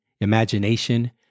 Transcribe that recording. imagination